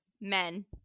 Men